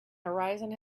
horizon